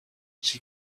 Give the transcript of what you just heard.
she